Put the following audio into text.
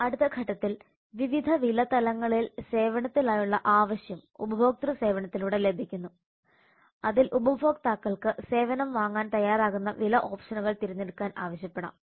അടുത്ത ഘട്ടത്തിൽ വിവിധ വില തലങ്ങളിൽ സേവനത്തിനായുള്ള ആവശ്യം ഉപഭോക്തൃ സേവനത്തിലൂടെ ലഭിക്കുന്നു അതിൽ ഉപഭോക്താക്കൾക്ക് സേവനം വാങ്ങാൻ തയ്യാറാകുന്ന വില ഓപ്ഷനുകൾ തിരഞ്ഞെടുക്കാൻ ആവശ്യപ്പെടാം